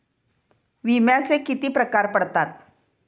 विम्याचे किती प्रकार पडतात?